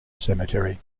cemetery